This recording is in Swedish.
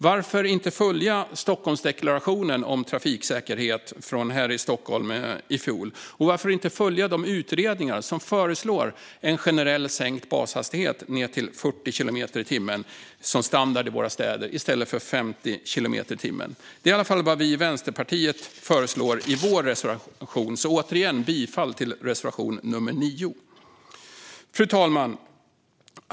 Varför inte följa Stockholmsdeklarationen om trafiksäkerhet från i fjol och de utredningar som föreslår en generell sänkt bashastighet ned till 40 kilometer i timmen som standard i våra städer i stället för 50 kilometer i timmen? Det är i alla fall vad vi i Vänsterpartiet föreslår i vår reservation, så jag yrkar åter bifall till reservation nummer 9. Fru talman!